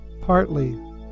partly